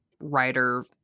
writer